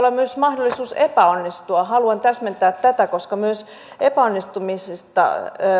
myös olla mahdollisuus epäonnistua haluan täsmentää tätä koska myös epäonnistumisesta